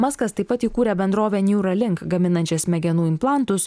maskas taip pat įkūrė bendrovę niūralink gaminančią smegenų implantus